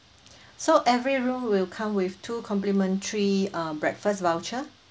so every room will come with two complementary uh breakfast voucher